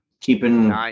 Keeping